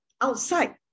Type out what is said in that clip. outside